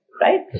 Right